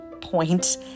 point